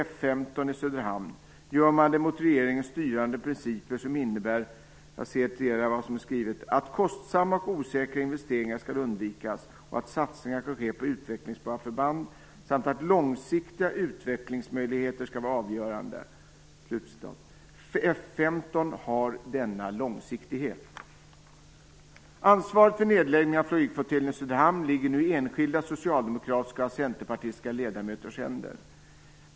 F 15 i Söderhamn gör man det mot regeringens styrande principer, som innebär att kostsamma och osäkra investeringar skall undvikas och att satsningar skall ske på utvecklingsbara förband, samt att långsiktiga utvecklingsmöjligheter skall vara avgörande. F 15 har denna långsiktighet! Ansvaret för nedläggning av flygflottiljen i Söderhamn ligger nu i enskilda socialdemokratiska och centerpartistiska ledamöters händer.